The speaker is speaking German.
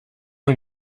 mir